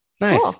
Nice